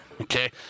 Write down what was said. Okay